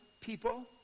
people